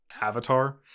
avatar